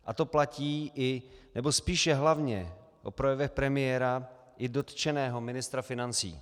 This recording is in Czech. A to platí i ,nebo spíše hlavně, o projevech premiéra i dotčeného ministra financí.